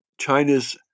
China's